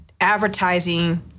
advertising